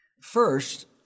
First